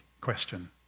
question